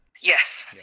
Yes